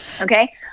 okay